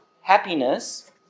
happiness